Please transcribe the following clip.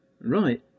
Right